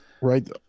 right